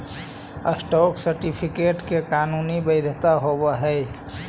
stock certificate के कानूनी वैधता होवऽ हइ